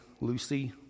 Lucy